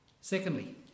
Secondly